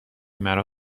مرا